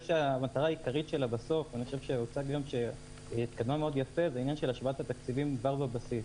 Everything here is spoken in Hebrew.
שהמטרה העיקרית שלה בסוף זה השוואת תקציבים כבר בבסיס.